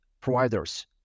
providers